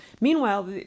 Meanwhile